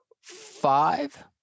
five